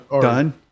Done